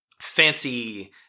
fancy